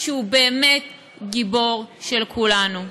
שהוא באמת גיבור של כולנו.